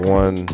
one